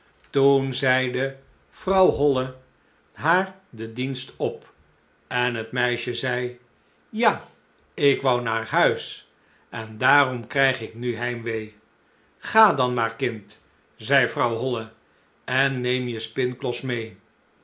toen zeide vrouw holle haar de dienst op en het meisje zei ja ik wou naar huis en daarom krijg ik nu het heimwee ga dan maar kind zei vrouw holle en neem je spinklos mee